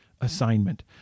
assignment